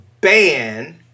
ban